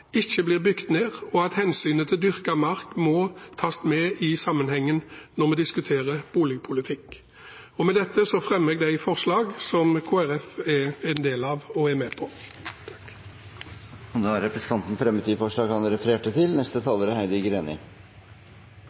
ikke blir bygd ned, og at hensynet til dyrket mark må tas med i disse sammenhengene når vi diskuterer boligpolitikk. Med dette fremmer jeg de forslag Kristelig Folkeparti og Senterpartiet står sammen om. Representanten Geir S. Toskedal har tatt opp de forslagene han refererte til.